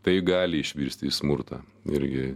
tai gali išvirsti į smurtą irgi